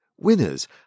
Winners